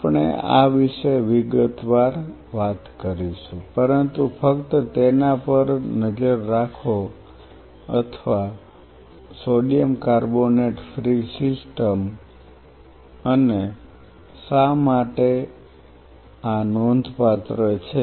આપણે આ વિશે વિગતવાર વાત કરીશું પરંતુ ફક્ત તેના પર નજર રાખો અથવા Na2CO3 ફ્રી સિસ્ટમ અને શા માટે આ નોંધપાત્ર છે